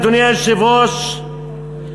אדוני היושב-ראש,